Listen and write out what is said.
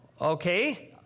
okay